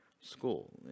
school